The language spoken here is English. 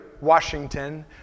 Washington